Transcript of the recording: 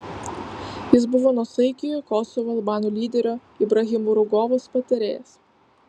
jis buvo nuosaikiojo kosovo albanų lyderio ibrahimo rugovos patarėjas